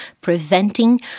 preventing